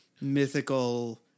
mythical